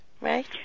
right